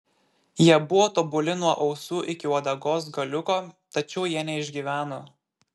jie buvo tobuli nuo ausų iki uodegos galiuko tačiau jie neišgyveno